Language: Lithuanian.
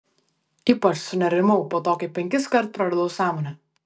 ypač sunerimau po to kai penkiskart praradau sąmonę